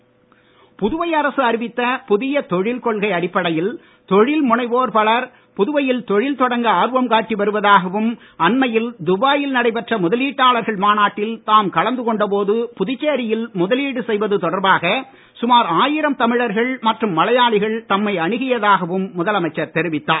தொழில் கொள்கை புதுவை அரசு அறிவித்த புதிய அடிப்படையில் தொழில் முனைவோர் பலர் புதுவையில் தொழில் தொடங்க ஆர்வம் காட்டி வருவதாகவும் அண்மையில் துபாயில் நடைபெற்ற முதலீட்டாளர்கள் மாநாட்டில் தாம் கலந்து கொண்ட போது புதுச்சேரியில் முதலீடு செய்வது தொடர்பாக சுமார் ஆயிரம் தமிழர்கள் மற்றும் மலையாளிகள் தம்மை அணுகியதாகவும் முதலமைச்சர் தெரிவித்தார்